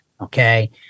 okay